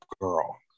girl